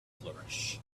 flourish